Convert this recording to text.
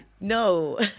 No